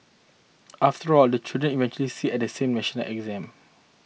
after all the children eventually sit at the same national exam